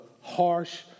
harsh